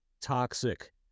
toxic